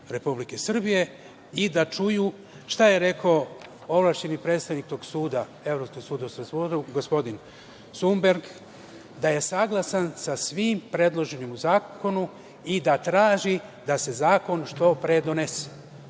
Republike Srbije i da čuju šta je reko ovlašćeni predstavnik Evropskog suda u Strazburu, gospodin Sumberg, da je saglasan sa svim predloženim u zakonu i da traži da se zakon što pre donese.